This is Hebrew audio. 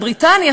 בריטניה,